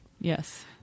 Yes